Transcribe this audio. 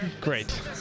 Great